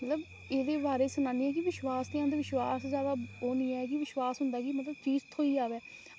ते मतलब एह्दे बारै ई सनानी आं की विश्वास जादा ओह् निं ऐ की विश्वास होंदा की चीज़ थ्होई जावै